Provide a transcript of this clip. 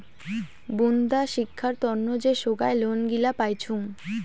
বুন্দা শিক্ষার তন্ন যে সোগায় লোন গুলা পাইচুঙ